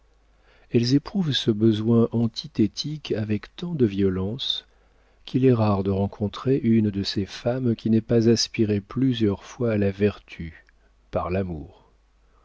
elles éprouvent ce besoin antithétique avec tant de violence qu'il est rare de rencontrer une de ces femmes qui n'ait pas aspiré plusieurs fois à la vertu par l'amour